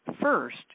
first